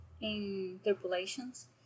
interpolations